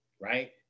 right